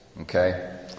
okay